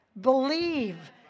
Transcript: Believe